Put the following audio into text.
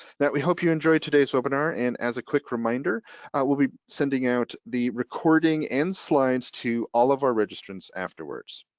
we hope you enjoy today's webinar and as a quick reminder, i will be sending out the recording and slides to all of our registrants afterwards.